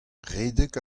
redek